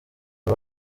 ngo